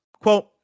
Quote